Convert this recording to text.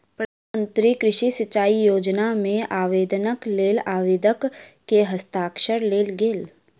प्रधान मंत्री कृषि सिचाई योजना मे आवेदनक लेल आवेदक के हस्ताक्षर लेल गेल